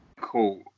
Cool